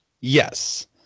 Yes